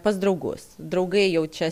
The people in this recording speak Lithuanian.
pas draugus draugai jau čia